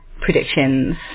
predictions